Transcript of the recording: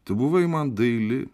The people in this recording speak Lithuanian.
tu buvai man daili